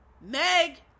Meg